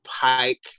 pike